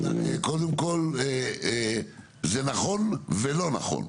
קודם כל זה נכון ולא נכון.